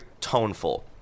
toneful